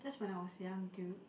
that's when I was young dude